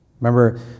Remember